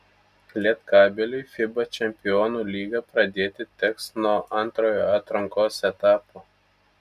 lietkabeliui fiba čempionų lygą pradėti teks nuo antrojo atrankos etapo